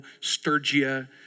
Sturgia